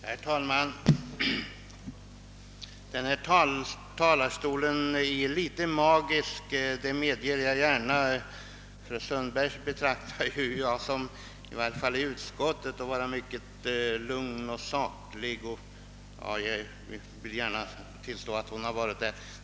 Herr talman! Jag medger att den här talarstolen är litet magisk, ty jag vill gärna tillstå att fru Sundberg vanligen är mycket lugn och saklig, åtminstone i utskottet.